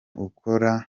ukora